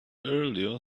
earlier